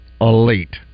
elite